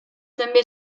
també